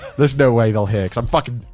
there's no way they'll hear. cause i'm fucking,